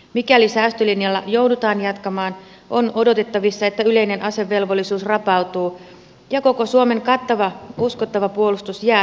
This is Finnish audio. mikäli säästölinjalla joudutaan jatkamaan on odotettavissa että yleinen asevelvollisuus rapautuu ja koko suomen kattava uskottava puolustus jää historiaan